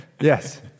Yes